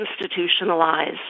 institutionalized